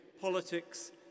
politics